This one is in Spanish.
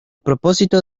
propósito